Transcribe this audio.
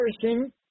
person